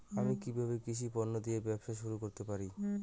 আমি কিভাবে কৃষি পণ্য দিয়ে ব্যবসা শুরু করতে পারি?